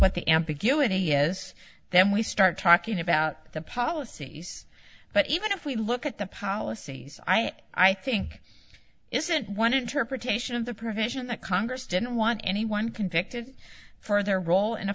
what the ambiguity is then we start talking about the policies but even if we look at the policies i and i think isn't one interpretation of the provision that congress didn't want anyone convicted for their role in a